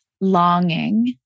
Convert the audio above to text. longing